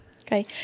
Okay